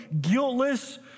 guiltless